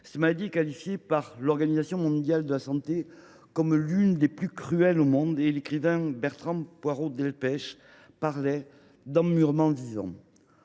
Cette maladie est considérée par l’Organisation mondiale de la santé (OMS) comme « l’une des plus cruelles au monde ». L’écrivain Bertrand Poirot Delpech parlait d’« emmurement vivant